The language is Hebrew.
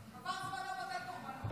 עבר זמנו, בטל קורבנו.